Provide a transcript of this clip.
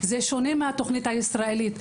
זה שונה מהתוכנית הישראלית.